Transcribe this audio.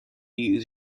use